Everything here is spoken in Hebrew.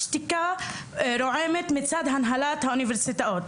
משתיקה רועמת מצד הנהלת האוניברסיטאות.